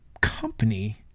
company